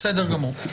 בסדר גמור.